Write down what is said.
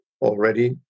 already